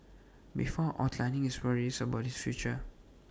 before outlining his worries about his future